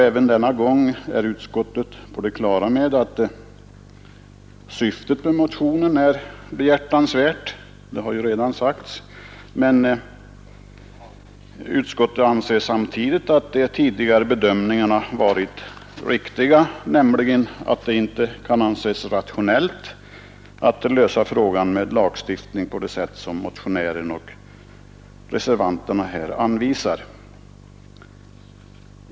Även denna gång är utskottet på det klara med att syftet med motionen är behjärtansvärt — det har redan sagts — men anser samtidigt att de tidigare bedömningarna har varit riktiga, nämligen att det inte kan anses rationellt att lösa problemet med en lagstiftning på det sätt som 63 motionären och reservanterna här anvisar.